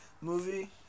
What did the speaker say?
movie